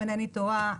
אם אינני טועה,